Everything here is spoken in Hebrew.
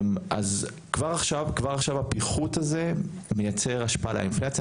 כבר עכשיו הפיחות הזה מייצר השפעה על האינפלציה,